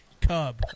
cub